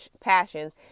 passions